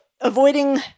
avoiding